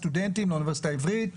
סטודנטים מאוניברסיטה עברית,